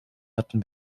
hatten